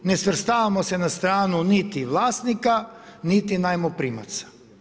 Ne svrstavamo se na stranu niti vlasnika, niti najmoprimaca.